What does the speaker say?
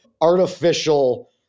artificial